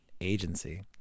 Agency